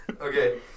Okay